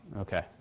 Okay